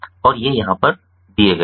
और ये यहाँ पर दिए गए हैं